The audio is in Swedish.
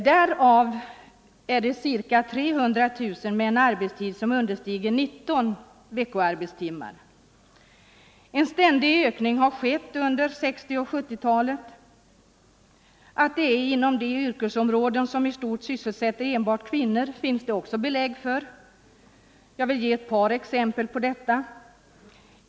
Av I miljon deltidsanställda har ca 300 000 en arbetstid som understiger 19 veckoarbetstimmar. En ständig ökning har skett under 1960 och 1970-talen. Att de deltidsanställda återfinns inom de yrkesområden som i stort sysselsätter enbart kvinnor finns belägg för. Jag vill ge ett par exempel på detta.